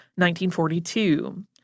1942